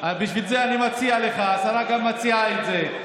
אני מציע לך, וגם השרה מציעה את זה.